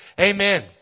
Amen